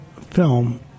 film